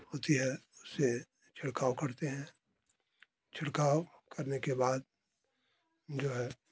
होती है उससे छिड़काव करते है छिड़काव करने के बाद जो है